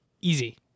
Easy